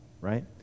right